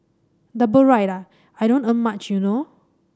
double ride ah I don't earn much you know